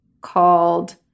called